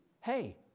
hey